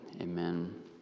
Amen